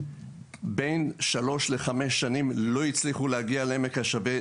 בין שלוש לחמש שנים לא הצליחו להגיע לעמק השווה,